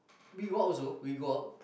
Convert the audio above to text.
we go out also we go out